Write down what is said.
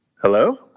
Hello